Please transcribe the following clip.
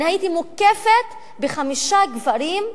אני הייתי מוקפת בחמישה גברים,